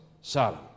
Sodom